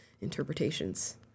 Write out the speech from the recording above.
interpretations